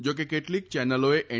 જાકે કેટલીક ચેનલોએ એન